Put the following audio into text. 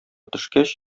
төшкәч